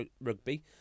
rugby